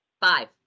Five